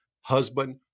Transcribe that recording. husband